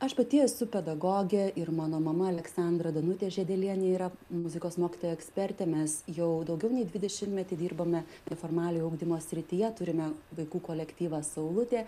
aš pati esu pedagogė ir mano mama aleksandra danutė žiedelienė yra muzikos mokytoja ekspertė mes jau daugiau nei dvidešimtmetį dirbame neformaliojo ugdymo srityje turime vaikų kolektyvą saulutė